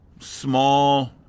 small